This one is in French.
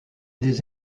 des